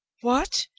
what!